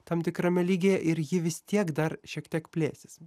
tam tikrame lygyje ir ji vis tiek dar šiek tiek plėsis